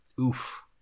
Oof